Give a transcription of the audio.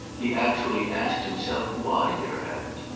he actually asked himself why there hadn't.